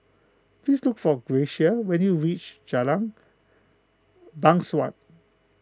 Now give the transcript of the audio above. please look for Gracia when you reach Jalan Bangsawan